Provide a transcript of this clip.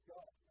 God